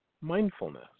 mindfulness